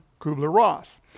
Kubler-Ross